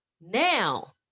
now